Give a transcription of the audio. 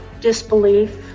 Disbelief